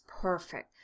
perfect